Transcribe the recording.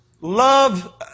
love